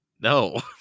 No